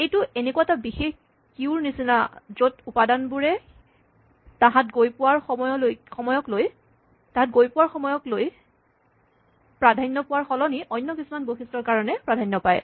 এইটো এনেকুৱা এটা বিশেষ কিউৰ নিচিনা য'ত উপাদানবোৰে তাহাঁত গৈ পোৱাৰ সময়কলৈ প্ৰাধান্য পোৱাৰ সলনি অন্য কিছুমান বৈশিষ্টৰ কাৰণে পায়